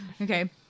Okay